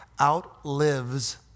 outlives